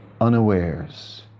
unawares